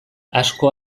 asko